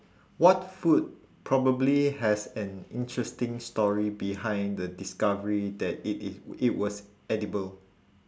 what food probably has an interesting story behind the discovery that it is it was edible